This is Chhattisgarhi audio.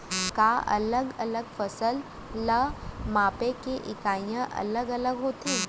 का अलग अलग फसल ला मापे के इकाइयां अलग अलग होथे?